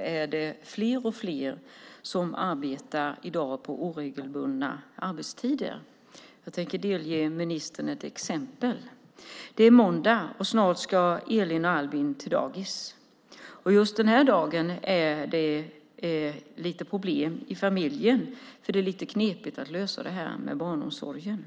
är det fler och fler som arbetar på oregelbundna arbetstider. Jag tänker delge ministern ett exempel. Det är måndag, och snart ska Elin och Albin till dagis. Just den här dagen är det lite problem i familjen, för det är lite knepigt att lösa det här med barnomsorgen.